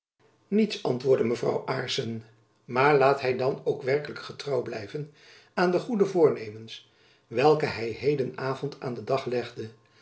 niets antwoordde mevrouw aarssen maar laat hy dan ook werkelijk getrouw blijven aan de goede voornemens welke hy heden avond aan den dag legde